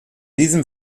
diesem